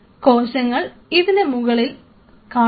കോശങ്ങൾ ഇതിന് മുകളിൽ കാണുന്നു